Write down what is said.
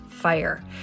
fire